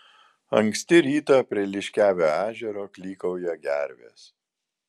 anksti rytą prie liškiavio ežero klykauja gervės